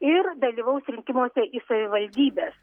ir dalyvaus rinkimuose į savivaldybes